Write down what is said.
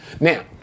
Now